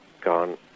gone